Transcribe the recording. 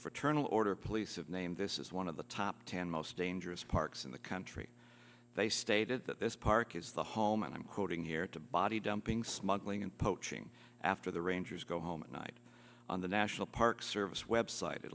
fraternal order police have named this is one of the top ten most dangerous parks in the country they stated that this park is the home and i'm quoting here to body dumping smuggling and poaching after the rangers go home at night on the national park service web site it